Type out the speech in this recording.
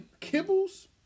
Kibbles